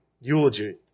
eulogy